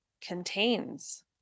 contains